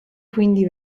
quindi